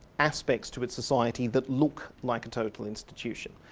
aspects to its society that look like a total institution.